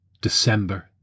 DECEMBER